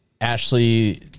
Ashley